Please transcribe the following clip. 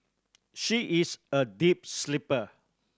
she is a deep sleeper